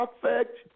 perfect